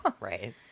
Right